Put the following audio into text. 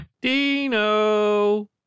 Dino